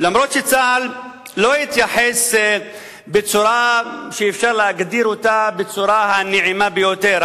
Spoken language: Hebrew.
למרות שצה"ל לא התייחס בצורה שאפשר להגדיר אותה הנעימה ביותר,